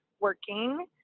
working